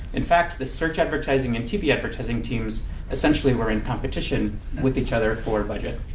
in fact, the search advertising and tv advertising teams essentially were in competition with each other for budget.